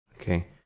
Okay